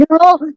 No